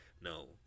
no